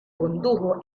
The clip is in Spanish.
condujo